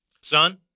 son